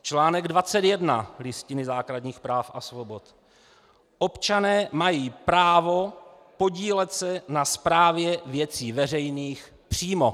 Článek 21 Listiny základních práv a svobod: Občané mají právo podílet se na správě věcí veřejných přímo.